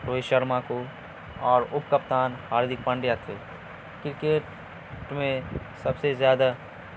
روہت شرما کو اور اپ کپتان ہاردک پانڈیا کو کرکٹ میں سب سے زیادہ